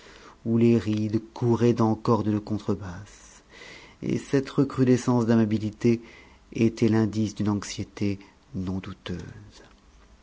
où les rides couraient en cordes de contrebasse et cette recrudescence d'amabilité était l'indice d'une anxiété non douteuse